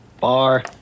Bar